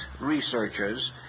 researchers